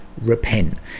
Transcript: repent